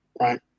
Right